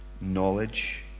knowledge